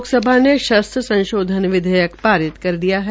लोकसभा ने शस्त्र संशोधन विधेयक पारित कर दिया है